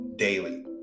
daily